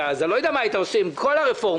אז אני לא יודע מה היית עושה עם כל הרפורמות...